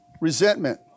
resentment